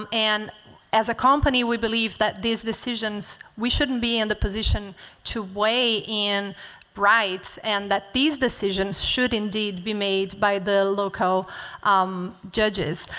um and as a company, we believe that these decisions, we shouldn't be in the position to weigh in rights and that these decisions should indeed be made by the local judges.